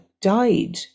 died